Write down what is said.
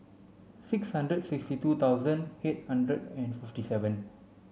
six hundred sixty two thousand eight hundred and fifty seven